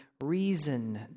reason